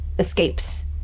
escapes